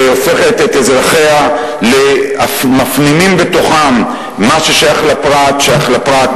שהופכת את אזרחיה למפנימים בתוכם: מה ששייך לפרט שייך לפרט,